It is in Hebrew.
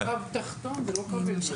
זה קו תחתון, זה לא קו עליון.